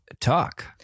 talk